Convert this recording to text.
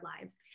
lives